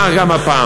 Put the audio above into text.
כך גם הפעם.